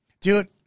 Dude